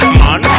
man